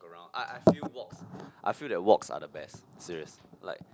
I I feel walks I feel that walks are the best serious like